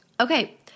Okay